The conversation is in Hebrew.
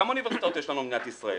כמה אוניברסיטאות יש לנו במדינת ישראל?